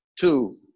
two